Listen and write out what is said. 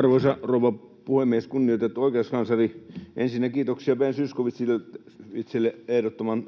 Arvoisa rouva puhemies! Kunnioitettu oikeuskansleri! Ensinnäkin kiitoksia Ben Zyskowiczille ehdottoman